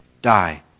Die